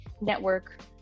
network